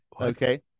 Okay